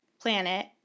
planet